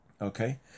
Okay